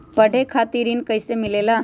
पढे खातीर ऋण कईसे मिले ला?